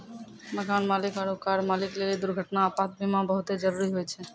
मकान मालिक आरु कार मालिक लेली दुर्घटना, आपात बीमा बहुते जरुरी होय छै